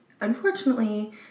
unfortunately